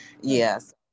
Yes